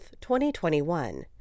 2021